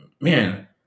Man